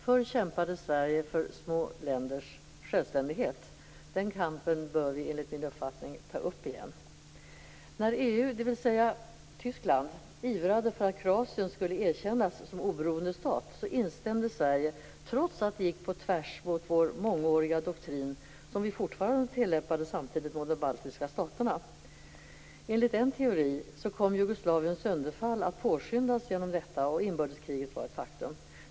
Förr kämpade Sverige för små länders självständighet. Den kampen bör vi enligt min uppfattning ta upp igen. När EU, dvs. Tyskland, ivrade för att Kroatien skulle erkännas som oberoende stat, instämde Sverige i detta trots att det gick på tvärs mot vår mångåriga doktrin - som vi samtidigt fortfarande tillämpade i fråga om de baltiska staterna. Enligt en teori kom Jugoslaviens sönderfall att påskyndas genom detta, och inbördeskriget var ett faktum.